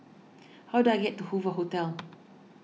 how do I get to Hoover Hotel